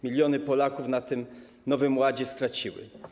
Miliony Polaków na Nowym Ładzie straciły.